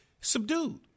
subdued